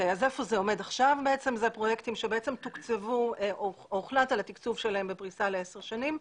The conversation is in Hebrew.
אלה פרויקטים שהוחלט על התקצוב שלהם בפריסה לעשר שנים.